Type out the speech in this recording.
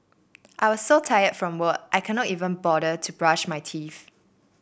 I was so tired from work I could not even bother to brush my teeth